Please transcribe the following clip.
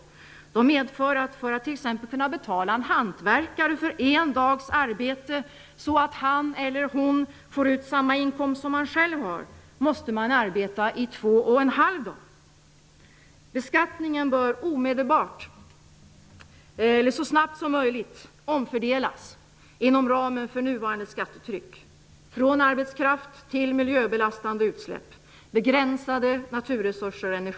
De medför att man måste arbeta två och en halv dag för att t.ex. kunna betala en hantverkare för en dags arbete, så att han eller hon får ut samma inkomst som man själv har. Beskattningen bör så snabbt som möjligt omfördelas inom ramen för nuvarande skattetryck, från arbetskraft till miljöbelastande utsläpp, begränsade naturresurser och energi.